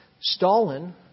Stalin